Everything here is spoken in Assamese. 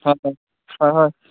হয় হয় হয় হয়